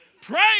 Pray